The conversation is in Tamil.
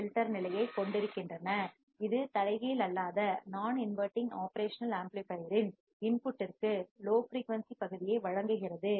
ஃபில்டர் நிலையைக் கொண்டிருக்கின்றன இது தலைகீழ் அல்லாத நான் இன்வடிங் ஒப்ரேஷனல் ஆம்ப்ளிபையர் இன் உள்ளீட்டிற்கு இன்புட் ற்கு லோ ஃபிரீயூன்சி பகுதியை வழங்குகிறது